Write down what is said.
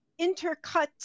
intercut